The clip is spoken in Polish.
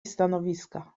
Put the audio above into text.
stanowiska